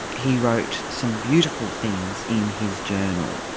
he wrote some beautiful things in his journal.